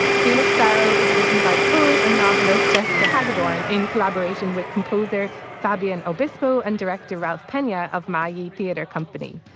felix darrow is written by poet and novelist jessica hagedorn in collaboration with composer fabian obispo and director ralph pena of my yeah theatre company.